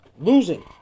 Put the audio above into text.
Losing